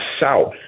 South